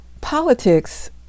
politics